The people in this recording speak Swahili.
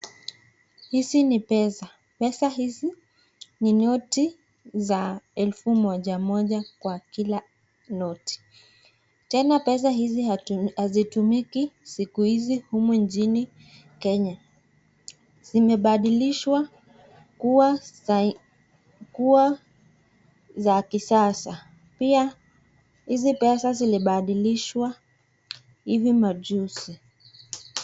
Hizi ni pesa. Pesa hizi ni noti za elfu moja moja kwa kila noti, tena pesa hizi hazitumiki siku hizi humu nchini Kenya. Zimebadilishwa kuwa za kisasa pia hizi pesa zilibadilishwa hivi majuzi.